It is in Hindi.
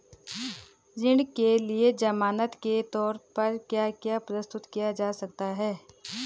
ऋण के लिए ज़मानात के तोर पर क्या क्या प्रस्तुत किया जा सकता है?